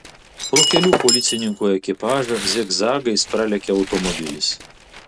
pro kelių policininkų ekipažą zigzagais pralekia automobilis